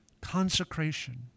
Consecration